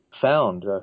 found